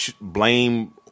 blame